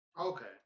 Okay